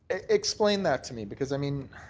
explain that to me, because, i mean,